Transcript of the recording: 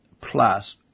plus